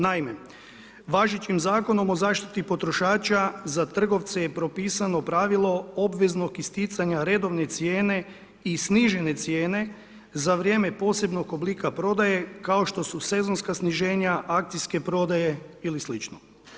Naime, važećim zakonom o zaštiti potrošača za trgovce je propisano pravilo obveznog isticanja redovne cijene i snižene cijene za vrijeme posebnog oblika prodaje kao što su sezonska sniženja, akcijske prodaje ili slično.